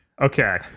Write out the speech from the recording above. Okay